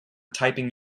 typing